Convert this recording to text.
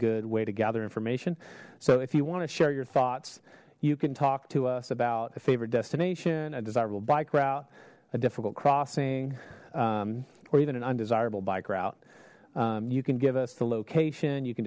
good way to gather information so if you want to share your thoughts you can talk to us about a favorite destination a desirable bike route a difficult crossing or even an undesirable bike route you can give us the location you can